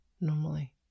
normally